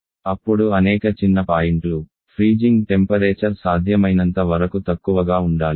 అప్పుడు అనేక చిన్న పాయింట్లు ఫ్రీజింగ్ టెంపరేచర్ సాధ్యమైనంత వరకు తక్కువగా ఉండాలి